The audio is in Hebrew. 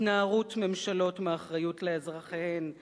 התנערות ממשלות מאחריות לאזרחיהן,